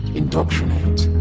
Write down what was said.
indoctrinate